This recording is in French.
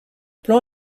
plan